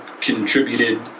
contributed